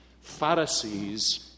Pharisees